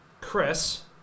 Chris